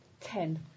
ten